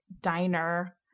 diner